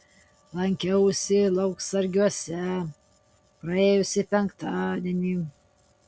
lankiausi lauksargiuose praėjusį penktadienį